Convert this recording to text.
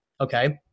okay